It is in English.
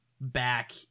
back